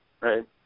right